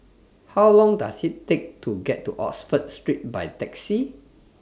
How Long Does IT Take to get to Oxford Street By Taxi